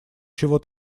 чего